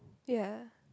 ya